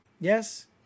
Yes